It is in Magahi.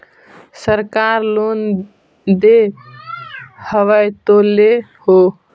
सरकार लोन दे हबै तो ले हो?